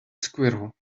squirrel